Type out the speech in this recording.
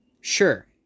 sure